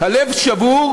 הלב שבור